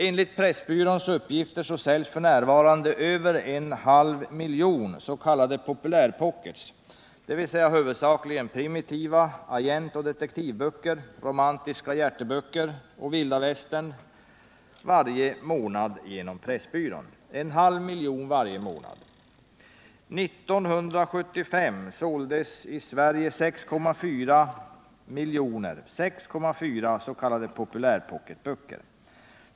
Enligt företagets egna uppgifter säljs f. n. varje månad genom Pressbyrån över en halv miljon s.k. populärpockets, huvudsakligen primitiva agentoch detektivböcker, romantiska ”hjärteböcker” och vildavästernberättelser — en halv miljon varje månad! 1975 såldes i Sverige 6,4 miljoner s.k. populärpocketböcker.